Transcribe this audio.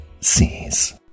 sees